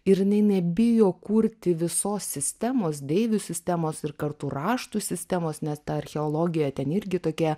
ir jinai nebijo kurti visos sistemos deivių sistemos ir kartu raštų sistemos nes ta archeologija ten irgi tokia